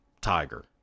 tiger